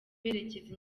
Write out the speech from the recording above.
berekeza